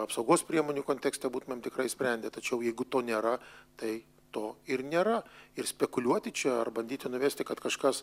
apsaugos priemonių kontekste būtumėm tikrai sprendę tačiau jeigu to nėra tai to ir nėra ir spekuliuoti čia ar bandyti nuvesti kad kažkas